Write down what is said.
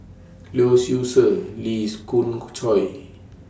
Lee Seow Ser Lee Khoon Choy